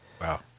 Wow